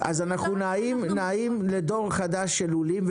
אז אנחנו נעים לדור חדש של לולים,